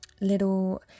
little